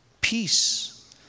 peace